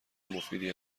مفیدی